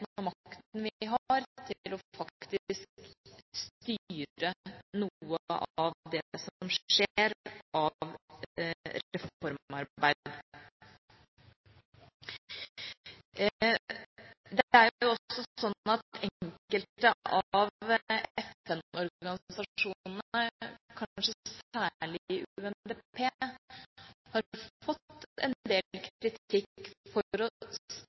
og makten vi har, til faktisk å styre noe av det som skjer av reformarbeid. Det er også slik at enkelte av FN-organisasjonene, kanskje særlig UNDP, har fått en del kritikk for